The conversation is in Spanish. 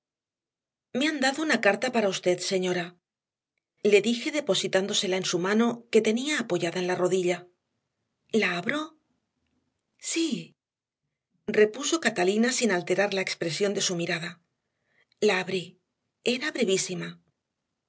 me han dado una carta para usted señora le dije depositándosela en su mano que tenía apoyada en la rodilla la abro sí repuso catalina sin alterar la expresión de su mirada la abrí era brevísima